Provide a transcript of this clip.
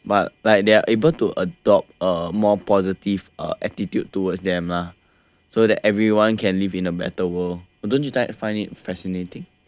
but like they are able to adopt a more positive uh attitude towards them lah so that everyone can live in a better world but don't you find it fascinating